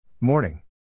Morning